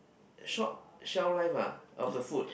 short shelf life ah of the food